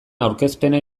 aurkezpena